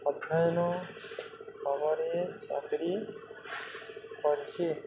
ଅଧ୍ୟୟନ ବଲରେ ଚାକରି ପାଇଛି